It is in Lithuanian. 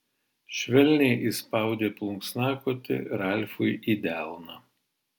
švelniai įspaudė plunksnakotį ralfui į delną